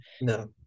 no